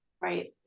Right